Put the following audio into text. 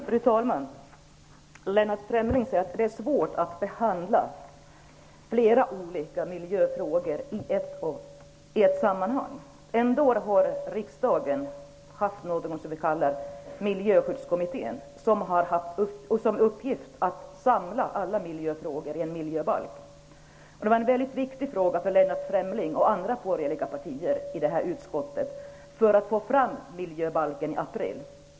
Fru talman! Lennart Fremling säger att det är svårt att behandla flera olika miljöfrågor i ett sammanhang. Ändå har riksdagen haft någonting som vi kallar Miljöskyddskommittén som har haft som uppgift att samla alla miljöfrågor i en miljöbalk. Det var en viktig fråga för Lennart Fremling och de andra borgerliga partirepresentanterna i utskottet att få fram miljöbalken i april.